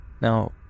Now